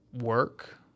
work